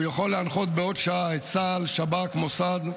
הוא יכול להנחות בעוד שעה את צה"ל, שב"כ, מוסד,